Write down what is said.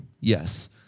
Yes